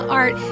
art